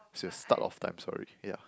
since start of time sorry yeah